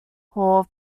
hall